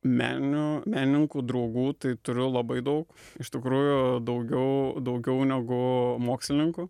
meninių menininkų draugų tai turiu labai daug iš tikrųjų daugiau daugiau negu mokslininkų